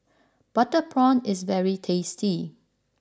Butter Prawn is very tasty